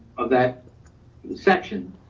that section.